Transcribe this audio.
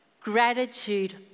gratitude